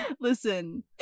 Listen